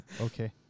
Okay